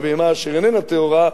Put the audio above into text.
ובהמה אשר איננה טהורה,